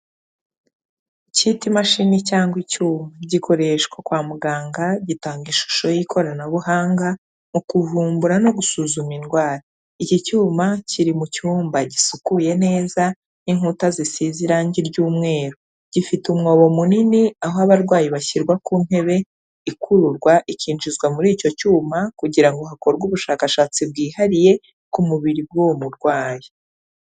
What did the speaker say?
Ucyite imashini cyangwa icyuma, gikoreshwa kwa muganga gitanga ishusho y'ikoranabuhanga, mu kuvumbura no gusuzuma indwara. Iki cyuma kiri mu cyumba gisukuye neza n'inkuta zisize irangi ry'umweru. Gifite umwobo munini aho abarwayi bashyirwa ku ntebe ikururwa ikinjizwa muri icyo cyuma, kugira ngo hakorwe ubushakashatsi bwihariye ku mubiri w'uwo murwayi.